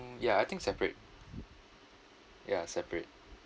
mm ya I think separate ya separate